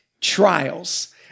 trials